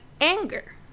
anger